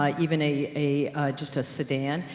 ah even a, a just a sedan,